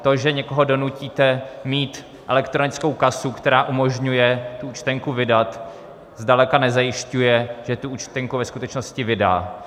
To, že někoho donutíte mít elektronickou kasu, která umožňuje tu účtenku vydat, zdaleka nezajišťuje, že tu účtenku ve skutečnosti vydá.